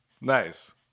Nice